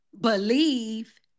believe